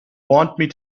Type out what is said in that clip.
want